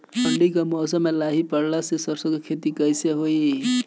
ठंडी के मौसम में लाई पड़े ला सरसो के खेती कइसे होई?